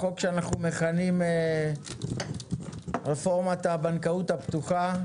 בחוק שאנחנו מכנים רפורמת הבנקאות הפתוחה,